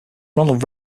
ronald